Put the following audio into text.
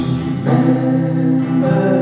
remember